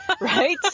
Right